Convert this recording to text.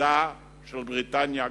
ולצדה של בריטניה הגדולה.